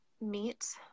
meet